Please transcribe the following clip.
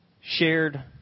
shared